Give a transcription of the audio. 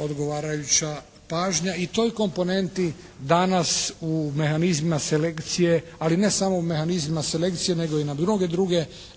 odgovarajuća pažnja i toj komponenti danas u mehanizmima selekcije ali ne samo u mehanizmima selekcije nego i na mnoge druge